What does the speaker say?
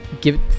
Give